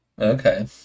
okay